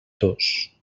dos